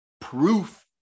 proof